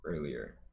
earlier